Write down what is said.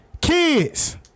Kids